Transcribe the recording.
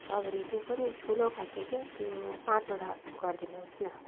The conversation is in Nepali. छ भने त्यो पनि ठुलो खालको क्या त्यो पाँचवटा गरिदिनुहोस् न